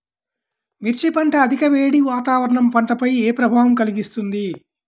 మిర్చి పంట అధిక వేడి వాతావరణం పంటపై ఏ ప్రభావం కలిగిస్తుంది?